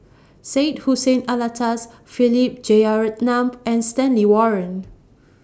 Syed Hussein Alatas Philip Jeyaretnam and Stanley Warren